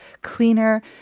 cleaner